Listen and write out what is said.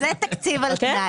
אז זה תקציב על תנאי.